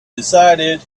decided